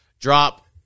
drop